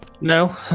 No